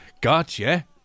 Gotcha